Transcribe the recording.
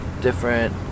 different